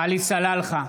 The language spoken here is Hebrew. עלי סלאלחה,